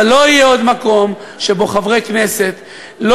אבל לא יהיה עוד מקום שבו חברי כנסת לא